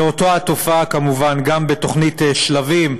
ואותה התופעה כמובן גם בתוכנית שלבים,